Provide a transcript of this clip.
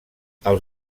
els